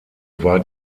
war